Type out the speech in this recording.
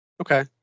Okay